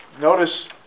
Notice